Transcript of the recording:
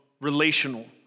relational